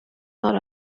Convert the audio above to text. not